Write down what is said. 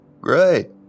Great